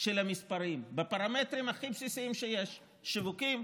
למספרים בפרמטרים הכי בסיסיים שיש: שיווקים,